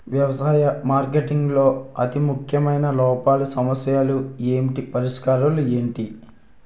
వ్యవసాయ మార్కెటింగ్ లో అతి ముఖ్యమైన లోపాలు సమస్యలు ఏమిటి పరిష్కారాలు ఏంటి?